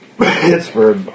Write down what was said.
Pittsburgh